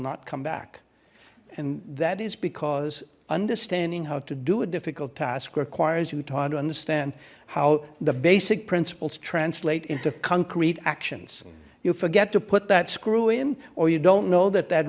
not come back and that is because understanding how to do a difficult task requires you trying to understand how the basic principles translate into concrete actions you forget to put that screw in or you don't know that that